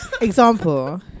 example